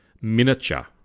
miniature